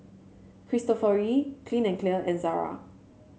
Cristofori Clean and Clear and Zara